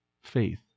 Faith